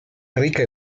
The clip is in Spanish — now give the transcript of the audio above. rica